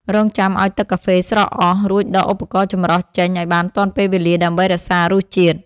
រង់ចាំឱ្យទឹកកាហ្វេស្រក់អស់ រួចដកឧបករណ៍ចម្រោះចេញឱ្យបានទាន់ពេលវេលាដើម្បីរក្សារសជាតិ។